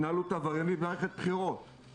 לא עדיף להתרכז במצביעים שלך שאין להם אוכל,